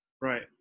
Right